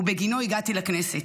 ובגינו הגעתי לכנסת.